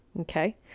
okay